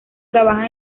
trabajan